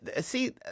see